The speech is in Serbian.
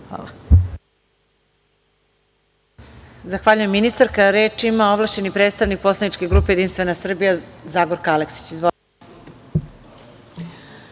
Hvala.